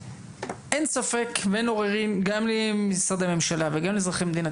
אין ספק ואין עוררין גם למשרדי ממשלה וגם לאזרחי מדינת